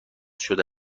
شده